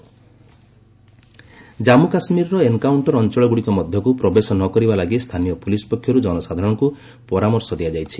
JK police advisory Jammu କାଶ୍ମୀରର encounter ଅଞ୍ଚଳଗୁଡ଼ିକ ମଧ୍ୟକୁ ପ୍ରବେଶ ନ କରିବା ଲାଗି ସ୍ଥାନୀୟ ପୁଲିସ୍ ପକ୍ଷରୁ ଜନସାଧାରଣଙ୍କୁ ପରାମର୍ଶ ଦିଆଯାଇଛି